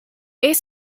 eighth